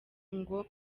ngo